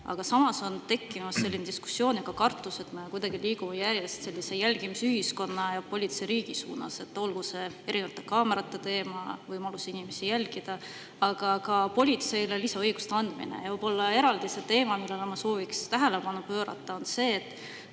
aga samas on tekkimas selline diskussioon ja ka kartus, et me liigume järjest kuidagi sellise jälgimisühiskonna ja politseiriigi suunas, olgu siis see erinevate kaamerate teema, võimalus inimesi jälgida, aga ka politseile lisaõiguste andmine. Võib-olla eraldi teema, millele ma sooviksin tähelepanu pöörata, on see, et